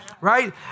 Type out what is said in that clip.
Right